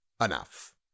enough